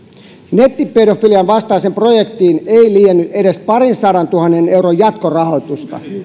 nettipedofilian vastaiseen projektiin ei liiennyt edes parinsadantuhannen euron jatkorahoitusta